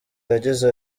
yagize